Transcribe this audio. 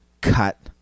cut